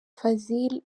fazil